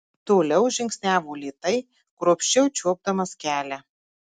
toliau žingsniavo lėtai kruopščiau čiuopdamas kelią